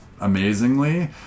amazingly